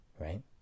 right